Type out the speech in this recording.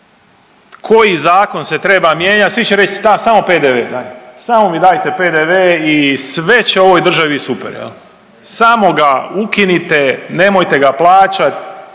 koji zakon se treba mijenjati, svi će reći samo PDV, daj, samo mi dajte PDV i sve će u ovoj državi bit super. Samo ga ukinite, nemojte ga plaćati